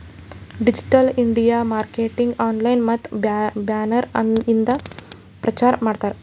digital media marketing online ಮತ್ತ banner ಇಂದ ಪ್ರಚಾರ್ ಮಾಡ್ತಾರ್